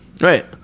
Right